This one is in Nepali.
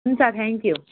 हुन्छ थ्याङ्क्यु